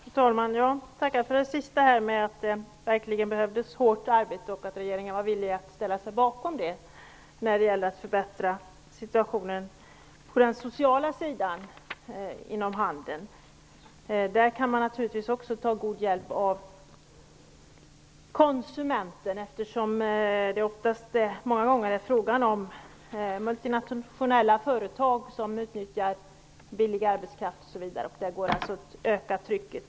Fru talman! Jag tackar för det sista som Mats Hellström sade om att det verkligen behövs hårt arbete och att regeringen är villig att ställa sig bekom det när det gäller att förbättra situationen på den sociala sidan inom handeln. Där kan man naturligtvis också ta god hjälp av konsumenten, eftersom det många gånger är fråga om multinationella företag som utnyttjar billig arbetskraft osv., och det går alltså att öka trycket.